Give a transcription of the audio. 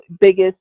biggest